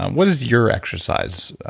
um what is your exercise,